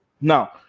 Now